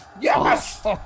yes